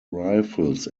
rifles